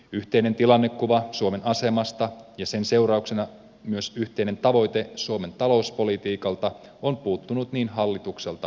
yhteinen tilannekuva suomen asemasta ja sen seurauksena myös yhteinen tavoite suomen talouspolitiikassa ovat puuttuneet niin hallitukselta kuin oppositiolta